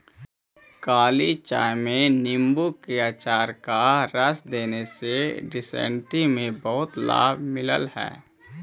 काली चाय में नींबू के अचार का रस देने से डिसेंट्री में बहुत लाभ मिलल हई